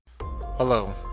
Hello